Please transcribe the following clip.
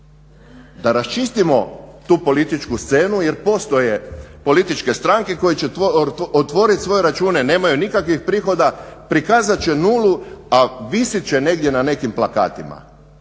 Da raščistimo tu političku scenu jer postoje političke stranke koje će otvoriti svoje račune, nemaju nikakvih prihoda, prikazat će nulu a visit će negdje na nekim plakatima.